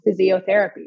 physiotherapy